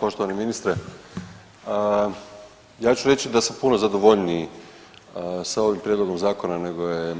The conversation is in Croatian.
Poštovani ministre, ja ću reći da sam puno zadovoljniji sa ovim prijedlogom zakona nego je